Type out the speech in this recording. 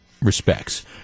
respects